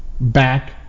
Back